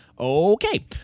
Okay